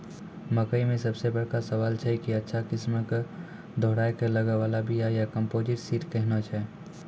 मकई मे सबसे बड़का सवाल छैय कि अच्छा किस्म के दोहराय के लागे वाला बिया या कम्पोजिट सीड कैहनो छैय?